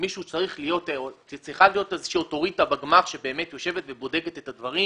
צריכה להיות איזושהי אוטוריטה בגמ"ח שבאמת יושבת ובודקת את הדברים